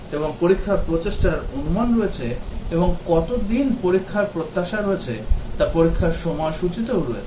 এবং পরীক্ষার প্রচেষ্টার অনুমান রয়েছে এবং কত দিন পরীক্ষার প্রত্যাশা রয়েছে তা পরীক্ষার সময়সূচীতেও রয়েছে